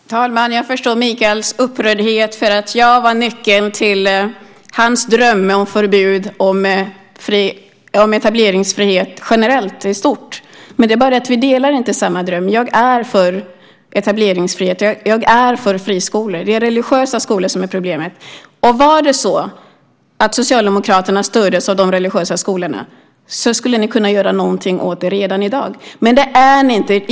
Herr talman! Jag förstår Mikaels upprördhet. Jag var nyckeln till hans dröm om förbud mot etableringsfrihet generellt - i stort. Men vi delar inte samma dröm. Jag är för etableringsfrihet. Jag är för friskolor. Det är religiösa skolor som är problemet. Om Socialdemokraterna störs av de religiösa skolorna kan ni göra något åt det redan i dag. Men ni är inte störda.